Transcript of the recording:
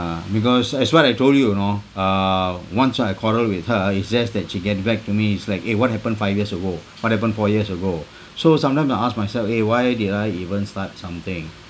because as what I told you you know uh once I quarrel with her it just that she get back to me is like eh what happened five years ago what happened four years ago so sometimes I ask myself eh why did I even start something